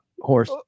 horse